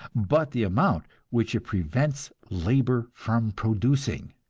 but the amount which it prevents labor from producing.